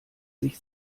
sich